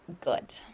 good